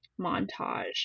montage